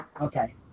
Okay